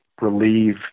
relieve